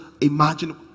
imagine